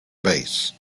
base